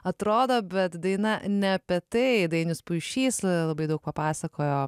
atrodo bet daina ne apie tai dainius puišys labai daug papasakojo